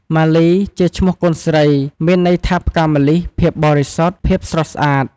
មាលីជាឈ្មោះកូនស្រី មានន័យថាផ្កាម្លិះ ភាពបរិសុទ្ធ ភាពស្រស់ស្អាត។